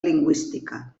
lingüística